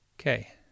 okay